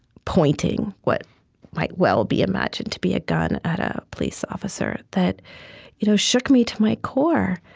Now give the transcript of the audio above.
pointing what might well be imagined to be a gun at a police officer, that you know shook me to my core.